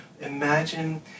imagine